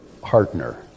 partner